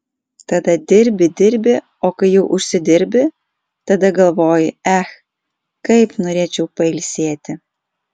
tada dirbi dirbi o kai jau užsidirbi tada galvoji ech kaip norėčiau pailsėti